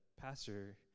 pastor